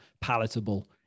palatable